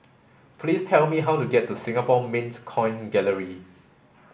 please tell me how to get to Singapore Mint Coin Gallery